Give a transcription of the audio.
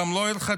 גם לא הלכתית.